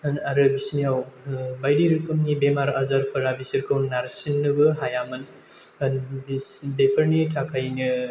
आरो बिसोरनियाव बायदि रोखोमनि बेमार आजारफोरा बिसोरखौ नारसिननोबो हायामोन बेफोरनि थाखायनो